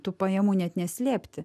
tų pajamų net neslėpti